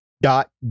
dot